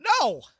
No